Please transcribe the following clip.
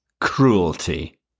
cruelty